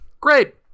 Great